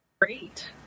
Great